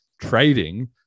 trading